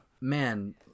Man